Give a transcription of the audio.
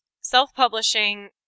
self-publishing